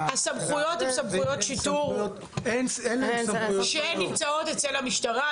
הסמכויות הם סמכויות שיטור שנמצאות אצל המשטרה,